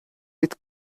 with